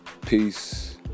peace